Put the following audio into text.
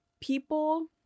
People